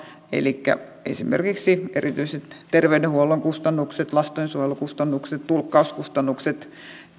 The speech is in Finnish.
elikkä esimerkiksi erityiset terveydenhuollon kustannukset lastensuojelukustannukset tulkkauskustannukset on yhä edelleen haettava